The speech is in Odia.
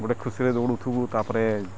ଗୋଟେ ଖୁସିରେ ଦୌଡ଼ୁଥିବୁ ତାପରେ